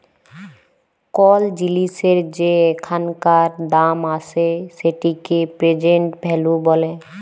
call জিলিসের যে এখানকার দাম আসে সেটিকে প্রেজেন্ট ভ্যালু ব্যলে